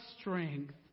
strength